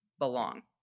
belong